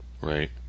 Right